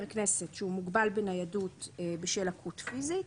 כנסת שהוא מוגבל בניידות בשל לקות פיזית